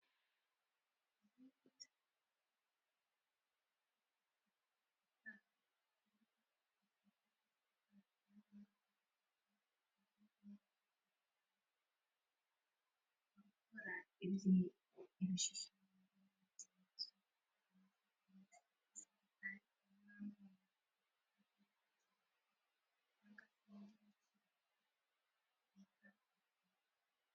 Inzu y'ubucuruzi icururizwamo ibicuruzwa bitandukanye.